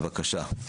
בבקשה.